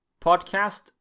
podcast